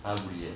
他 bully eh